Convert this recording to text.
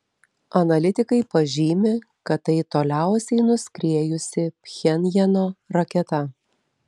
analitikai pažymi kad tai toliausiai nuskriejusi pchenjano raketa